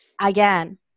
again